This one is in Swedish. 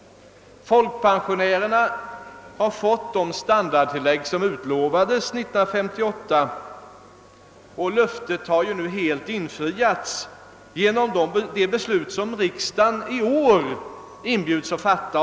Folkpensionärerna har fått de standardtillägg som utlovades 1958, och löftet kommer att helt infrias genom det beslut som riksdagen i år av regeringen inbjuds att fatta.